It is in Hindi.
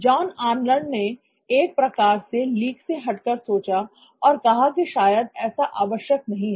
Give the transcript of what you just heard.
जॉन आर्नल्ड ने एक प्रकार से लीक से हटकर सोचा और कहा कि शायद ऐसा आवश्यक नहीं है